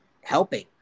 helping